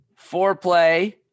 Foreplay